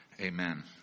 Amen